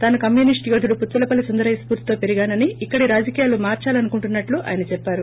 తాను కమ్యూనిస్టు యోధుడు పుచ్చలపల్లి సుందరయ్య స్పూర్తితో పెరిగానని ఇక్కడి రాజకీయాలు మార్చాలనుకుంటున్సట్టు ఆయన చెప్పారు